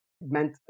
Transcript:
meant